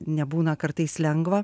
nebūna kartais lengva